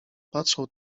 patrzał